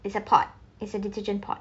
yes it's a pod it's a detergent pod